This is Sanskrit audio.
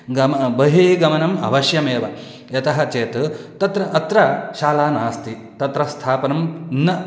गमनं बहिः गमनम् अवश्यमेव यतः चेत् तत्र अत्र शाला नास्ति तत्र स्थापनं न